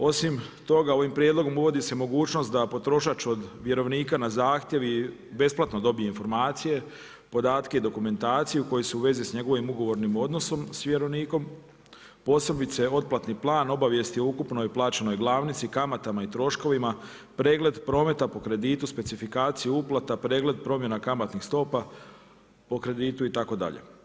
Osim toga ovim prijedlogom uvodi se mogućnost da potrošač od vjerovnika na zahtjev i besplatno dobije informacije, podatke i dokumentaciju koje su u vezi s njegovim ugovornim odnosom s vjerovnikom, posebice otplatni plan, obavijesti o ukupnoj uplaćenoj glavnici, kamatama i troškovima, pregled prometa po kreditu, specifikacija uplata, pregled promjena kamatnih stopa po kreditu itd.